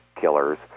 killers